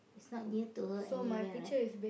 it's not near to her anywhere right